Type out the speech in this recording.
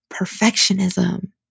perfectionism